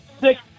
six